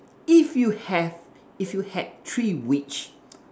if you have if you had three wish